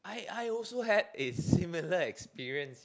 I I also had a similar experience